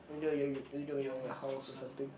you you you are you going to get a house or something